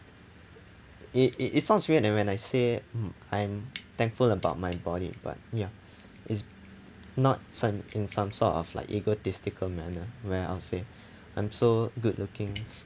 it it it sounds weird and when I say I'm thankful about my body but ya is not some in some sort of like egotistical manner where I would say I'm so good looking